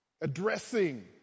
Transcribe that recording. addressing